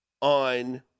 on